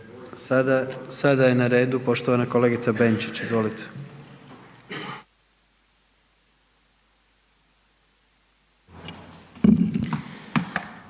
Sada je na redu poštovana kolegica Benčić, izvolite.